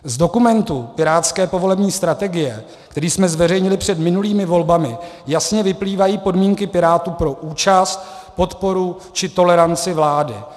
Z dokumentu pirátské povolební strategie, který jsme zveřejnili před minulými volbami, jasně vyplývají podmínky Pirátů pro účast, podporu či toleranci vládě.